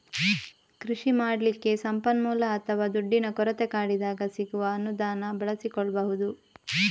ಕೃಷಿ ಮಾಡ್ಲಿಕ್ಕೆ ಸಂಪನ್ಮೂಲ ಅಥವಾ ದುಡ್ಡಿನ ಕೊರತೆ ಕಾಡಿದಾಗ ಸಿಗುವ ಅನುದಾನ ಬಳಸಿಕೊಳ್ಬಹುದು